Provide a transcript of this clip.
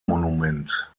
monument